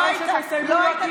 אצטלה.